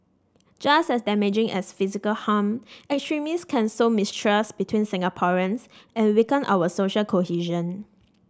just as damaging as physical harm extremists can sow mistrust between Singaporeans and weaken our social cohesion